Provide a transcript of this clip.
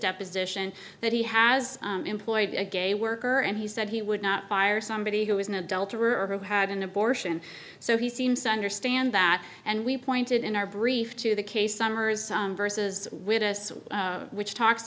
deposition that he has employed a gay worker and he said he would not fire somebody who was an adulterer who had an abortion so he seems to understand that and we pointed in our brief to the case summers versus witness which talks